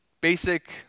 basic